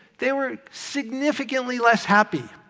they were significantly less happy.